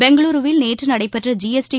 பெங்களூருவில் நேற்று நடைபெற்ற ஜிஎஸ்டி